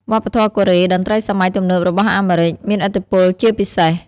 វប្បធម៌កូរ៉េ តន្ត្រីសម័យទំនើបរបស់អាមេរិក មានឥទ្ធិពលជាពិសេស។